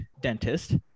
dentist